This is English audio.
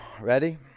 Ready